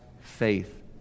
faith